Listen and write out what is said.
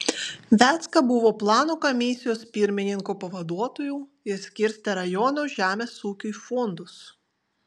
vecka buvo plano komisijos pirmininko pavaduotoju ir skirstė rajonų žemės ūkiui fondus